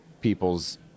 people's